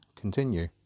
continue